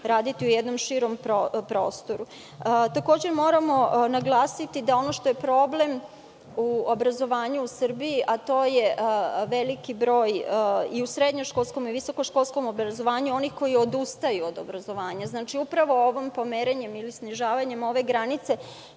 raditi u jednom širem prostoru. Takođe, moramo naglasiti da ono što je problem u obrazovanju u Srbiji, a to je veliki broj, u srednje školskom i visoko školskom obrazovanju, onih koji odustaju od obrazovanja. Znači, upravo ovim pomeranjem i snižavanje ove granice,